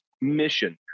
mission